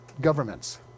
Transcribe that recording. governments